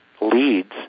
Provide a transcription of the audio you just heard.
leads